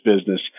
business